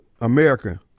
America